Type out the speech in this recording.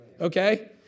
Okay